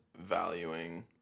valuing